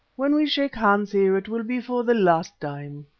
when we shake hands here it will be for the last time.